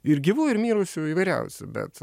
ir gyvų ir mirusių įvairiausių bet